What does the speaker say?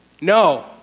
No